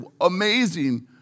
amazing